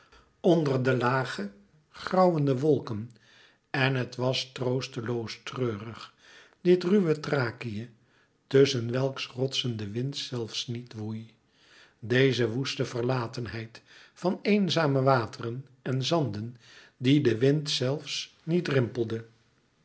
onder de lage grauwende wolken en het was troosteloos treurig dit ruwe thrakië tusschen welks rotsen de wind zelfs niet woei deze woeste verlatenheid van eenzame wateren en zanden die de wind zelfs niet rimpelde